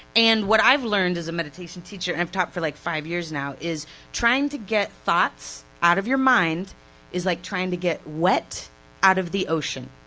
and what i've learned, as a meditation teacher, and i've taught for like five years now, trying to get thoughts out of your mind is like trying to get wet out of the ocean.